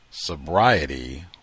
sobriety